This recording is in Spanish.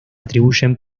atribuyen